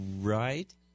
Right